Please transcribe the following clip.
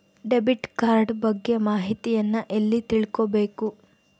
Debit card ಬಗ್ಗೆ ಮಾಹಿತಿಯನ್ನ ಎಲ್ಲಿ ತಿಳ್ಕೊಬೇಕು?